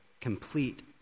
complete